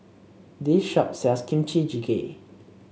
this shop sells Kimchi Jjigae